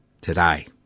today